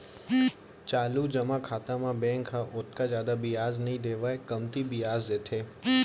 चालू जमा खाता म बेंक ह ओतका जादा बियाज नइ देवय कमती बियाज देथे